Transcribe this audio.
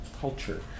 culture